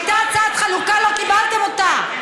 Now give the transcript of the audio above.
לא קיבלתם אותה.